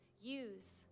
use